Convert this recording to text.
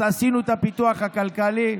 אז עשינו את הפיתוח הכלכלי,